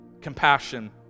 compassion